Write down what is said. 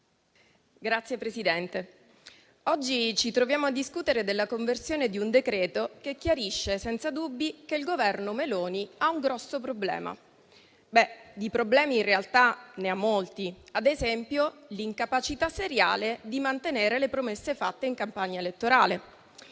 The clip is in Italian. Signor Presidente, oggi ci troviamo a discutere della conversione di un decreto che chiarisce senza dubbi che il Governo Meloni ha un grosso problema. Di problemi, in realtà, ne ha molti: ad esempio, l'incapacità seriale di mantenere le promesse fatte in campagna elettorale.